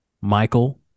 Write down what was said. Michael